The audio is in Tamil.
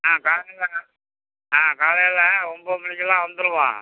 ஆ காலையில ஆ காலையில ஒம்பது மணிக்கெல்லாம் வந்துடுவோம்